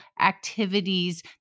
activities